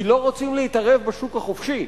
כי לא רוצים להתערב בשוק החופשי,